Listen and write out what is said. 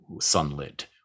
sunlit